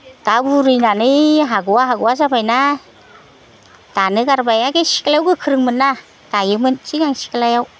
दा बुरिनानै हाग'आ हाग'आ जाबायना दानो गारबाय ओइ सिख्लायाव गोख्रोंमोनना दायोमोन सिगां सिख्लायाव